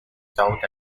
south